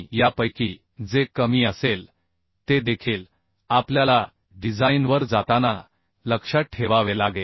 यापैकी जे कमी असेल ते देखील आपल्याला डिझाइनवर जाताना लक्षात ठेवावे लागेल